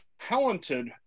talented